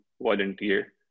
volunteer